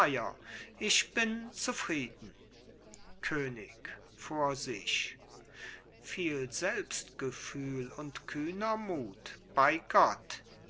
ich bin zufrieden könig vor sich viel selbstgefühl und kühner mut bei gott